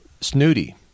snooty